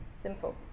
Simple